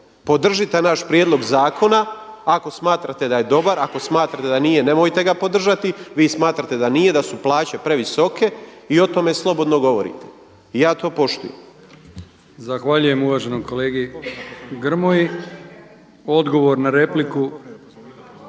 Podržite naš prijedlog zakona ako smatrate da je dobar, ako smatrate da nije nemojte ga podržati. Vi smatrate da nije, da su plaće previsoke i o tome slobodno govorite i ja to poštujem.